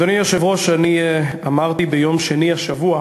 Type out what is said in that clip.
אני אמרתי ביום שני השבוע